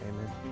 Amen